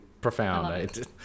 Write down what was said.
profound